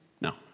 No